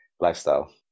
lifestyle